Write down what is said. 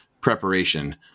preparation